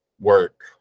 work